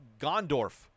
Gondorf